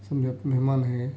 سمجھے آپ مہمان ہے